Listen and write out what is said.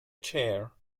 chair